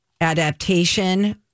Adaptation